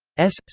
s.